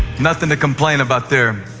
nothing to complain about there.